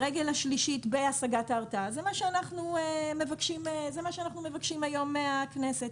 הרגל השלישית בהשגת ההרתעה זה מה שאנחנו מבקשים היום מהכנסת.